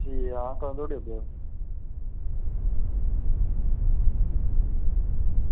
ठीक ऐ हां कदूं धोड़ी औगेओ